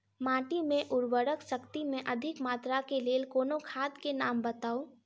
माटि मे उर्वरक शक्ति केँ अधिक मात्रा केँ लेल कोनो खाद केँ नाम बताऊ?